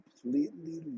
completely